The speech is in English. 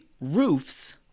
roofs